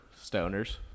stoners